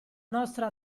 nostra